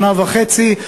שנה וחצי.